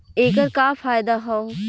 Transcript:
ऐकर का फायदा हव?